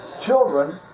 Children